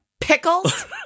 Pickles